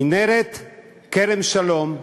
מנהרת כרם-שלום,